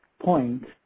point